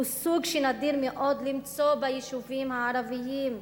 הוא סוג שנדיר מאוד למצוא ביישובים הערביים,